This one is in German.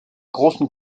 großen